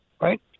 right